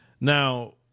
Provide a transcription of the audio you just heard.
Now